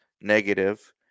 negative